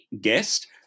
guest